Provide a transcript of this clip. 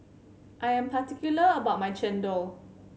I am particular about my Chendol